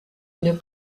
une